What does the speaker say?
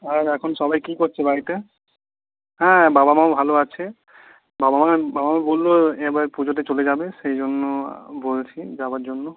তাহলে এখন সবাই কি করছে বাড়িতে হ্যাঁ বাবা মাও ভালো আছে বাবা মা বাবা মা বলল এবার পুজোতে চলে যাবে সেই জন্য বলছি যাওয়ার জন্য